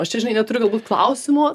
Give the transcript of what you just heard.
aš čia žinai neturiu galbūt klausimo